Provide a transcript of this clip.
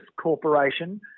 Corporation